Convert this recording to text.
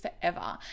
forever